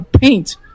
paint